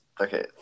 Okay